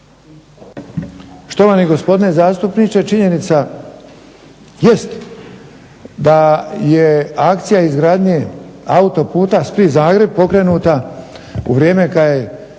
Štovani gospodine zastupniče činjenica jest da je akcija izgradnje autoputa Split-Zagreb pokrenuta u vrijeme kad je